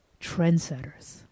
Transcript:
trendsetters